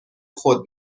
خود